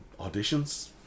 auditions